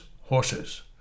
horses